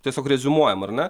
tiesiog reziumuojam ar ne